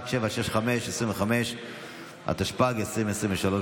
התשפ"ג 2023,